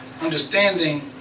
understanding